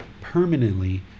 permanently